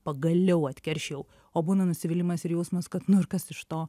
pagaliau atkeršijau o būna nusivylimas ir jausmas kad nu ir kas iš to